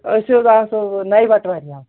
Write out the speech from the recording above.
أسۍ حظ آسو نَیہِ بَٹہٕ وارِ یَلہٕ